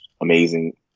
amazing